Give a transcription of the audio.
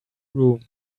room